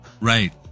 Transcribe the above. Right